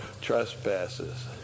trespasses